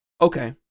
Okay